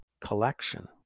collection